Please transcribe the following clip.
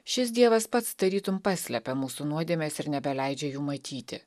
šis dievas pats tarytum paslepia mūsų nuodėmes ir nebeleidžia jų matyti